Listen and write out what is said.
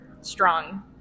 strong